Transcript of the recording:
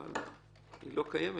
אבל היא לא קיימת,